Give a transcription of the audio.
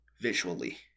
visually